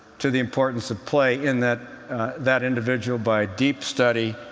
to the importance of play, in that that individual, by deep study,